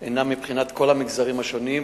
הינה מבחינת כל המגזרים השונים,